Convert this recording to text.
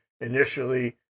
initially